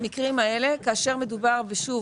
כאשר מדובר - שוב,